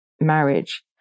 marriage